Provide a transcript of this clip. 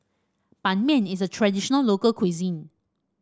Ban Mian is a traditional local cuisine